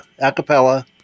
Acapella